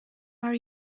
are